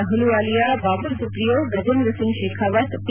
Ahluwalia Babul Supriyo Gajendra Singh Shekhawat P